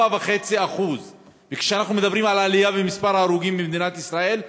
4.5%. וכשאנחנו מדברים על עלייה במספר ההרוגים במדינת ישראל,